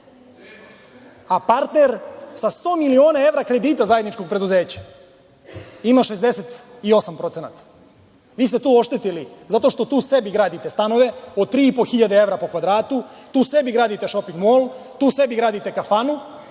a partner sa 100 miliona evra kredita zajedničkog preduzeća ima 68%.Vi ste tu oštetili, zato što tu sebi gradite stanove od 3.500 hiljade evra po kvadratu, tu sebi gradite šoping mol, tu sebi gradite kafanu,